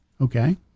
Okay